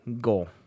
goal